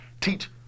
teach